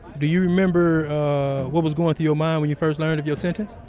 do you remember, uh what was going through your mind when you first learned of your sentence?